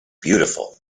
beautiful